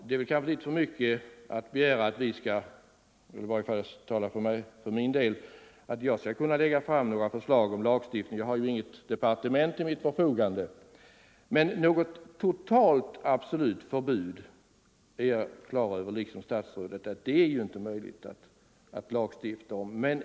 Det är kanske litet för mycket begärt att jag skall kunna lägga fram några förslag om lagstiftning — jag har ju inget departement till mitt förfogande. Men jag är dock på det klara med -— liksom statsrådet — att ett absolut totalförbud inte är möjligt att lagstifta om.